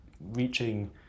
reaching